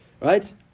Right